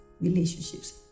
relationships